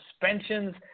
suspensions